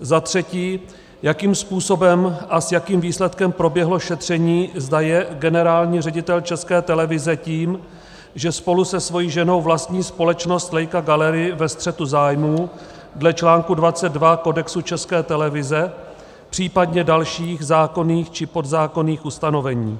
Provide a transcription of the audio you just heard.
Za třetí: Jakým způsobem a s jakým výsledkem proběhlo šetření, zda je generální ředitel České televize tím, že spolu se svou ženou vlastní společnost Leica Gallery, ve střetu zájmů dle článku 22 Kodexu České televize, případně dalších zákonných či podzákonných ustanovení?